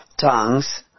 tongues